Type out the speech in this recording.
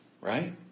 right